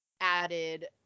added